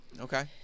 Okay